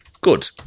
good